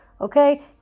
okay